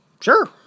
Sure